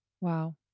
Wow